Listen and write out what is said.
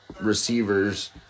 receivers